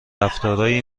رفتارهایی